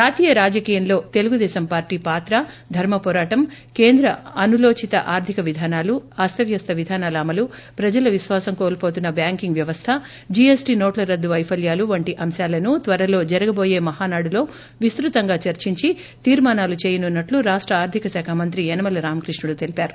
జాతీయ రాజకీయంలో తెలుగుదేశం పార్టీ పాత్ర ధర్మపోరాటం కేంద్ర అనులోచిత ఆర్గిక విధానాలు అస్తవ్యస్త విధానాల అమలు ప్రజల విశ్వాసం కోల్పోతున్న బ్యాంకింగ్ వ్యవస్థ జిఎస్టి నోట్ల రద్దు వైఫల్యలు వంటి అంశాలను త్వరలో జరగబోయే మహానాడులో విస్తుతంగా చర్చించి తీర్మానాలు చేయనున్నట్లు రాష్ట ఆర్దిక శాఖ మంత్రి యనమల రామకృష్ణుడు తెలిపారు